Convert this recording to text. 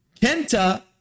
Kenta